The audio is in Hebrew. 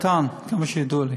שרק, נוהל משפטן, עד כמה שידוע לי.